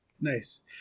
Nice